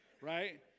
right